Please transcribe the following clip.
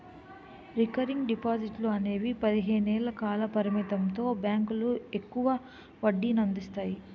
recurring డిపాజిట్లు అనేవి పదిహేను ఏళ్ల కాల పరిమితితో బ్యాంకులు ఎక్కువ వడ్డీనందిస్తాయి